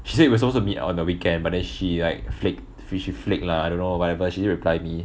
she said we're supposed to meet on the weekend but then she like flick fishy flick lah I don't know whatever she didn't replied me